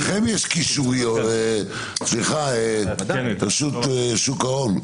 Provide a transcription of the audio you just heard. אבל --- רשות שוק ההון,